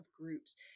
groups